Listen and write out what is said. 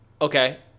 Okay